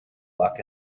luck